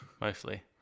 mostly